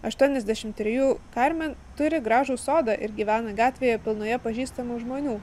aštuoniasdešimt trejų karmen turi gražų sodą ir gyvena gatvėje pilnoje pažįstamų žmonių